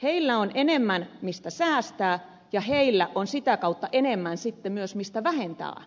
heillä on enemmän mistä säästää ja heillä on sitä kautta enemmän sitten myös mistä vähentää